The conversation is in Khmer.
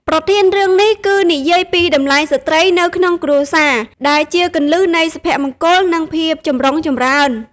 ប្រធានរឿងនេះគឺនិយាយពីតម្លៃស្ត្រីនៅក្នុងគ្រួសារ ដែលជាគន្លឹះនៃសុភមង្គល និងភាពចម្រុងចម្រើន។